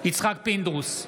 יצחק פינדרוס,